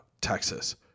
Texas